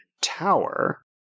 tower